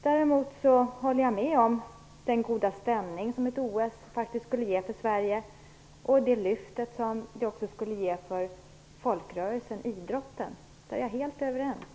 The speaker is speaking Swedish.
Däremot håller jag med om att ett OS skulle ge god stämning för Sverige och att det skulle innebära ett lyft för folkrörelsen idrotten. Det är vi helt överens om.